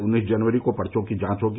उन्नीस जनवरी को पर्चो की जांच होगी